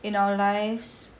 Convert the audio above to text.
in our lives